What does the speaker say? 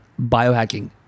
biohacking